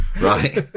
right